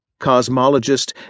cosmologist